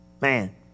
Man